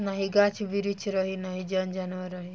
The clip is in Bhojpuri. नाही गाछ बिरिछ रही नाही जन जानवर रही